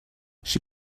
she